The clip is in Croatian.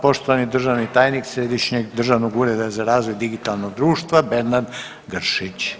Poštovani državni tajnik Središnjeg državnog ureda za razvoj digitalnog društva Bernard Gršić.